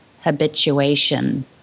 habituation